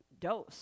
dose